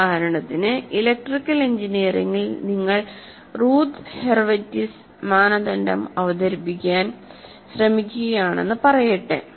ഉദാഹരണത്തിന് ഇലക്ട്രിക്കൽ എഞ്ചിനീയറിംഗിൽ നിങ്ങൾ റൂത്ത് ഹർവിറ്റ്സ് മാനദണ്ഡം അവതരിപ്പിക്കാൻ ശ്രമിക്കുകയാണെന്ന് പറയട്ടെ